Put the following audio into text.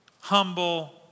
humble